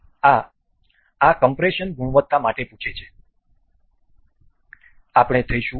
આ આ કમ્પ્રેશન ગુણવત્તા માટે પૂછે છે આપણે થઈશું ok